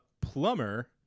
plumber